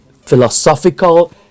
philosophical